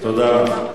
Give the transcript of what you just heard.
תודה רבה.